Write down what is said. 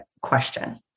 question